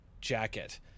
jacket